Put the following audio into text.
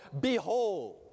behold